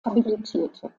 habilitierte